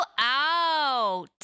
out